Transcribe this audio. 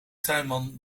tuinman